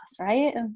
right